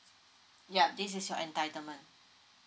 ya this is your entitlement